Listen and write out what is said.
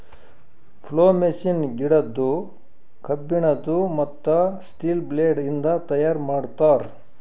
plough machine ಗಿಡದ್ದು, ಕಬ್ಬಿಣದು, ಮತ್ತ್ ಸ್ಟೀಲ ಬ್ಲೇಡ್ ಇಂದ ತೈಯಾರ್ ಮಾಡ್ತರ್